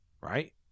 right